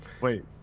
Wait